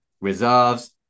reserves